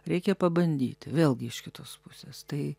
reikia pabandyti vėlgi iš kitos pusės tai